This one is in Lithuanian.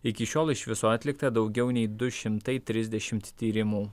iki šiol iš viso atlikta daugiau nei du šimtai trisdešimt tyrimų